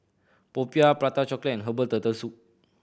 popiah Prata Chocolate and herbal Turtle Soup